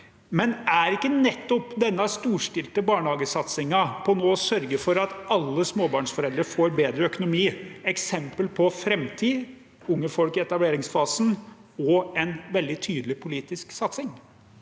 Men er ikke nettopp denne storstilte barnehagesatsingen, med å sørge for at alle småbarnsforeldre får bedre økonomi, eksempel på framtid, unge folk i etableringsfasen og en veldig tydelig politisk satsing?